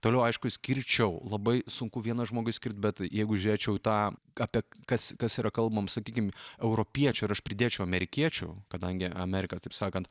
toliau aišku skirčiau labai sunku vieną žmogui bet jeigu žiūrėčiau tą apie kas kas yra kalbam sakykim europiečių ir aš pridėčiau amerikiečių kadangi amerika taip sakant